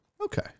Okay